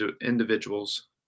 individuals